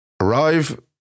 arrive